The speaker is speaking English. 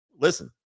listen